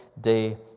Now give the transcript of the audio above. day